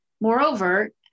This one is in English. Moreover